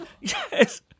yes